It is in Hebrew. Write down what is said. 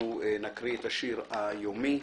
נקריא את השיר היומי.